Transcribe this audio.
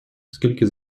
скільки